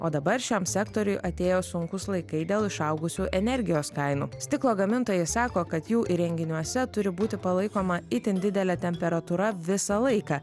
o dabar šiam sektoriui atėjo sunkūs laikai dėl išaugusių energijos kainų stiklo gamintojai sako kad jų įrenginiuose turi būti palaikoma itin didelė temperatūra visą laiką